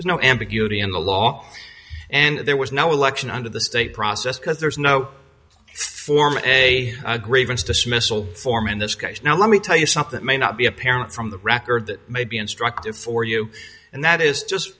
there's no ambiguity in the law and there was no election under the state process because there is no form of a grievance dismissal form in this case now let me tell you something it may not be apparent from the record that may be instructive for you and that is just